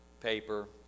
paper